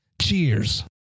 Cheers